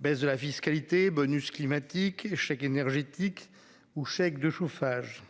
Baisse de la fiscalité bonus climatique chaque énergétique ou chèque de chauffage.